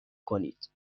کنید